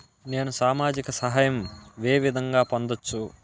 నేను సామాజిక సహాయం వే విధంగా పొందొచ్చు?